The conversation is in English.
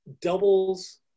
doubles